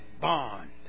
bond